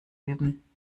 üben